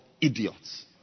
idiots